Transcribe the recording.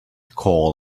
call